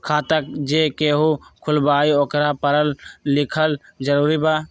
खाता जे केहु खुलवाई ओकरा परल लिखल जरूरी वा?